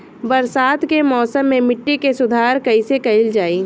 बरसात के मौसम में मिट्टी के सुधार कईसे कईल जाई?